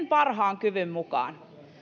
parhaan kyvyn mukaan